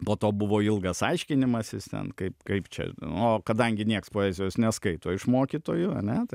po to buvo ilgas aiškinimasis ten kaip kaip čia o kadangi nieks poezijos neskaito iš mokytojų ar ne tai